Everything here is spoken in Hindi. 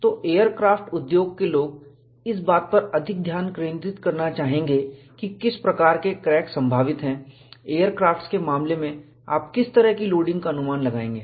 तो एयरक्राफ्ट उद्योग के लोग इस बात पर अधिक ध्यान केंद्रित करना चाहेंगे किस प्रकार के क्रैक संभावित हैं एयरक्राफ्ट्स के मामले में आप किस तरह की लोडिंग का अनुमान लगाएंगे